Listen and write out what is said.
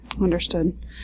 Understood